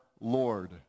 Lord